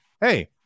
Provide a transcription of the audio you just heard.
hey